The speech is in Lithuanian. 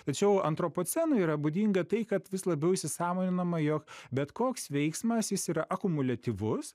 tačiau antropocenui yra būdinga tai kad vis labiau įsisąmoninama jog bet koks veiksmas jis yra akumuliatyvus